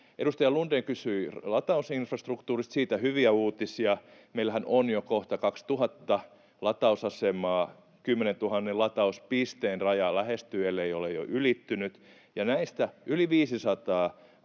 Edustaja Lundén kysyi latausinfrastruktuurista, siitä hyviä uutisia. Meillähän on jo kohta 2 000 latausasemaa. 10 000 latauspisteen raja lähestyy, ellei ole jo ylittynyt, ja näistä yli 500